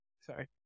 Sorry